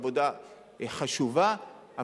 ועבודה חשובה,